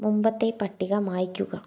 മുൻപത്തെ പട്ടിക മായ്ക്കുക